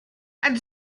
and